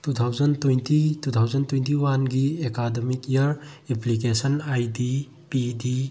two thousand twenty two thousand twenty ꯋꯥꯟꯒꯤ academic year application I D P D